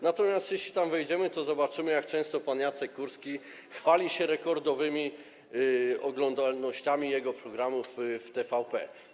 Natomiast jeśli tam wejdziemy, to zobaczymy, jak często pan Jacek Kurski chwali się rekordowymi oglądalnościami jego programów w TVP.